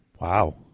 wow